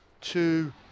Two